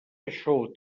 això